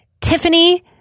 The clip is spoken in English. Tiffany